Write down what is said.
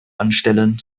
anstellen